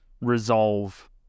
resolve